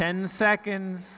ten seconds